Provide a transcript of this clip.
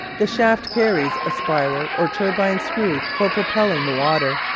the shaft carries a spiral or turbine screw for propelling the water.